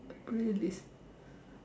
playlist